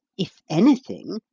if anything,